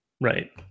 Right